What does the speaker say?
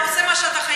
אבל פה זה לא מתאים,